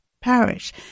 parish